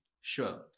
Sure